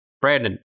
Brandon